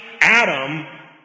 Adam